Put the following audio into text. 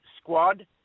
squad